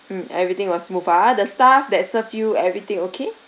mm everything was smooth ah the staff that serve you everything okay